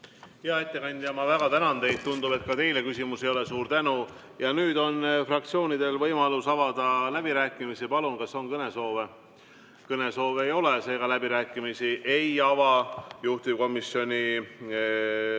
Hea ettekandja, ma väga tänan teid! Tundub, et ka teile küsimusi ei ole. Suur tänu! Nüüd on fraktsioonidel võimalus avada läbirääkimised. Palun, kas on kõnesoove? Kõnesoove ei ole, seega ma läbirääkimisi ei ava. Juhtivkomisjoni